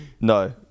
No